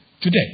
today